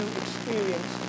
experience